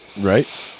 Right